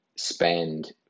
spend